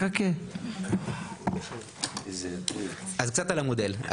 קצת על המודל.